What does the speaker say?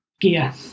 gear